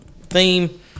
theme